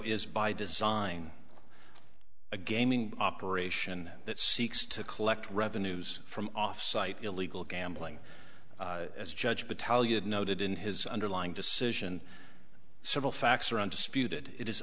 is by design a gaming operation that seeks to collect revenues from off site illegal gambling as judge battalion noted in his underlying decision several facts are undisputed it is